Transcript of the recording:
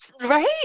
Right